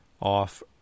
off